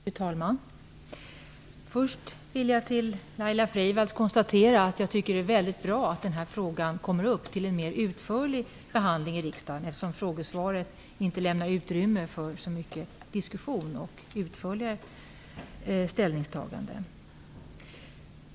Fru talman! Först vill jag säga till Laila Freivalds att jag tycker att det är väldigt bra att den här frågan kommer upp till mer utförlig behandling i riksdagen, eftersom ett frågesvar inte lämnar utrymme för så mycket diskussion och utförligare ställningstaganden.